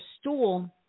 stool